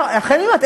לכן אני אומרת,